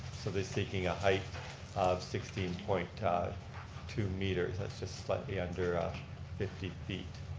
so they're seeking a height of sixteen point two meters, that's just slightly under um fifty feet.